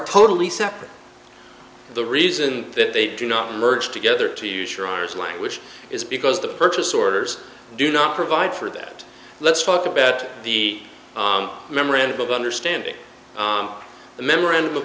totally separate the reason they do not merge together to use your r s language is because the purchase orders do not provide for that let's talk about the memorandum of understanding the memorandum of